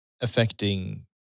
affecting